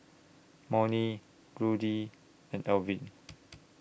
Monnie Ruthie and Alvin